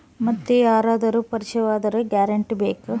ಮತ್ತೆ ಯಾರಾದರೂ ಪರಿಚಯದವರ ಗ್ಯಾರಂಟಿ ಬೇಕಾ?